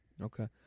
Okay